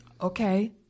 Okay